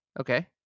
Okay